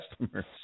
customers